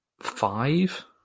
five